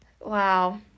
Wow